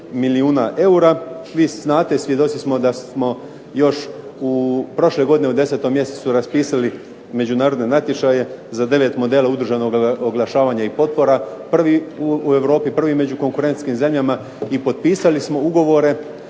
milijuna eura. Vi znate i svjedoci smo da smo još prošle godine u 10. mjesecu raspisali međunarodne natječaje za devet modela …/Govornik se ne razumije./… oglašavanja i potpora. Prvi u Europi prvi među konkurentskim zemljama i potpisali smo ugovore